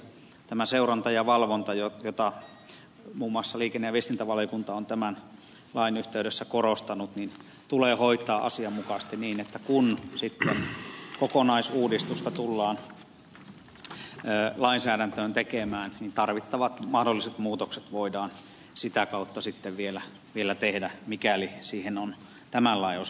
tämä seuranta ja valvonta jota muun muassa liikenne ja viestintävaliokunta on tämän lain yhteydessä korostanut tulee hoitaa asianmukaisesti niin että kun sitten kokonaisuudistusta tullaan lainsäädäntöön tekemään niin tarvittavat mahdolliset muutokset voidaan sitä kautta sitten vielä tehdä mikäli siihen on tämän lain osalta tarvetta